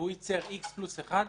והוא ייצר X פלוס 1,